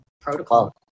protocol